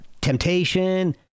temptation